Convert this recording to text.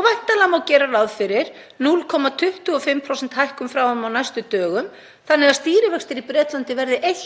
og væntanlega má gera ráð fyrir 0,25 prósentustiga hækkun frá þeim á næstu dögum, þannig að stýrivextir í Bretlandi verði 1,25%.